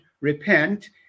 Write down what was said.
repent